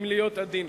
אם להיות עדין.